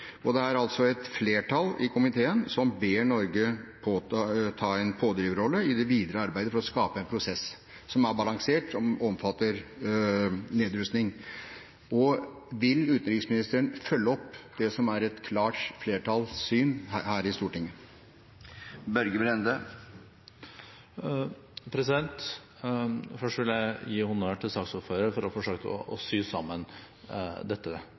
Det er et flertall i komiteen som ber Norge om å innta en pådriverrolle i det videre arbeidet med å skape en prosess som er balansert, og som omfatter nedrustning. Vil utenriksministeren følge opp det som er et klart flertalls syn her i Stortinget? Først vil jeg gi honnør til saksordføreren for å forsøke å sy sammen dette